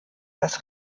das